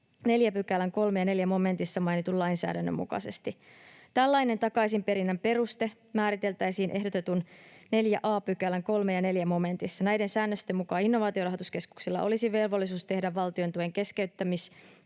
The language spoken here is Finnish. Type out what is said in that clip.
4 §:n 3 ja 4 momentissa mainitun lainsäädännön mukaisesti. Tällainen takaisinperinnän peruste määriteltäisiin ehdotetun 4 a §:n 3 ja 4 momentissa. Näiden säännösten mukaan Innovaatiorahoituskeskuksella olisi velvollisuus tehdä valtiontuen keskeyttämis-